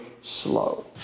slow